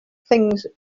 things